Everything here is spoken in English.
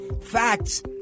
facts